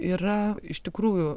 yra iš tikrųjų